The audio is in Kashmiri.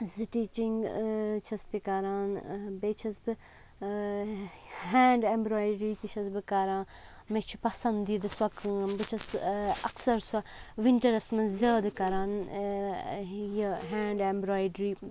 سِٹِچِنٛگ چھَس تہِ کَران بیٚیہِ چھَس بہٕ ہینٛڈ اٮ۪مبرایڈری تہِ چھَس بہٕ کَران مےٚ چھُ پَسَنٛدیٖدٕ سۄ کٲم بہٕ چھَس اَکثَر سۄ وِنٹَرَس منٛز زیادٕ کَران یہِ ہینٛڈ اٮ۪مبرایڈرٛی